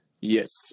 yes